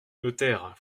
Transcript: notaire